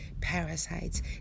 parasites